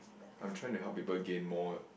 I'm trying to help people gain more